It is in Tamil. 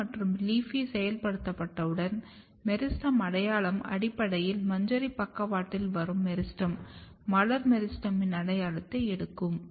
AP1 மற்றும் LEAFY செயல்படுத்தப்பட்டவுடன் மெரிஸ்டெம் அடையாளம் அடிப்படையில் மஞ்சரி பக்கவாட்டில் வரும் மெரிஸ்டெம் மலர் மெரிஸ்டெமின் அடையாளத்தை எடுக்கும்